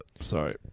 Sorry